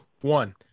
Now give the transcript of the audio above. one